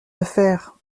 affaire